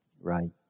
Right